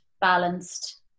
balanced